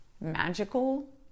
magical